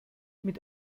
mit